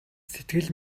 сэтгэл